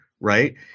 right